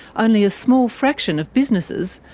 only a small fraction of businesses,